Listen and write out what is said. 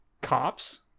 cops